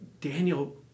Daniel